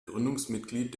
gründungsmitglied